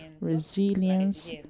resilience